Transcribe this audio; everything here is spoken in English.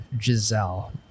Giselle